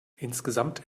insgesamt